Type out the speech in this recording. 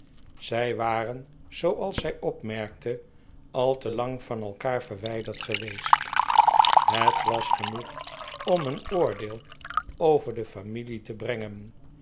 zij waren zooals zij opmerkte al te lang van elkaar verwijderd geweest het was genoeg om een oordeel over de familie te brengen